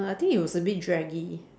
I think it was a bit draggy